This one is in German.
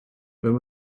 wenn